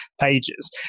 pages